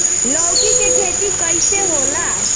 लौकी के खेती कइसे होला?